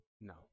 No